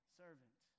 servant